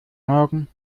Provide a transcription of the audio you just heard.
morgen